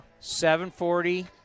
7.40